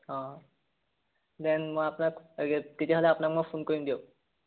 অঁ দেন মই আপোনাক ৰেট তেতিয়াহ'লে আপোনাক মই ফোন কৰিম দিয়ক